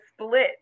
split